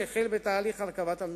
שהחל בתהליך הרכבת הממשלה.